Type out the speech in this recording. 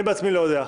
אני בעצמי לא יודע.